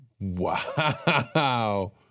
Wow